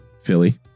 Philly